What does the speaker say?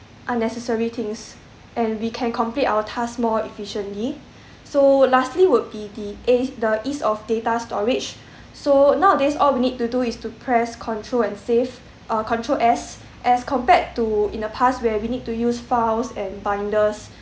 unnecessary things and we can complete our task more efficiently so lastly would be the ease of data storage so nowadays all we need to do is to press control and save uh control S as compared to in the past where we need to use files and binders